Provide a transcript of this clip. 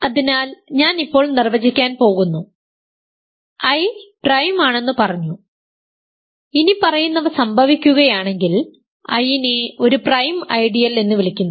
അതിനാൽ ഞാൻ ഇപ്പോൾ നിർവചിക്കാൻ പോകുന്നു I പ്രൈം ആണെന്ന് പറഞ്ഞു ഇനിപ്പറയുന്നവ സംഭവിക്കുകയാണെങ്കിൽ I യിനെ ഒരു പ്രൈം ഐഡിയൽ എന്ന് വിളിക്കുന്നു